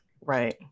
Right